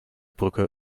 brücke